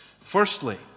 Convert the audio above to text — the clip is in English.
Firstly